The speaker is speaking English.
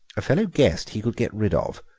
a fellow guest he could get rid of,